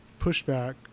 pushback